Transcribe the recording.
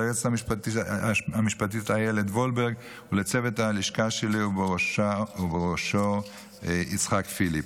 ליועצת המשפטית איילת וולברג ולצוות הלשכה שלי בראשות יצחק פיליפ.